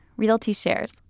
RealtyShares